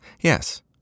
Yes